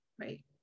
Right